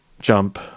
jump